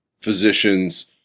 physicians